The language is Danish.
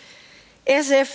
de borgerlige